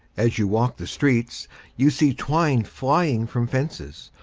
as you walk the streets you see twine flying from fences,